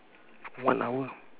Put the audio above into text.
one hour